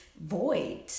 void